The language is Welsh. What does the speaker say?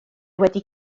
wedi